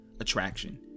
attraction